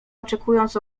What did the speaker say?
oczekując